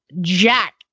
Jack